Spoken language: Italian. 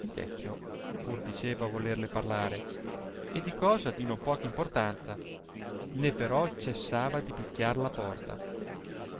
il vecchio pur diceva volerle parlare e di cosa di non poca importanza né però cessava di pichiar la porta